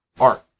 art